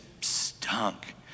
stunk